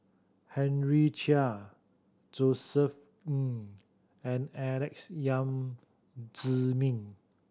Henry Chia Josef Ng and Alex Yam Ziming